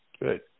Good